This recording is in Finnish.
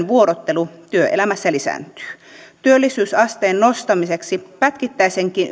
vuorottelu työelämässä lisääntyy työllisyysasteen nostamiseksi pätkittäisenkin